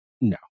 No